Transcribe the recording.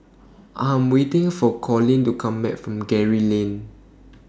I Am waiting For Collin to Come Back from Gray Lane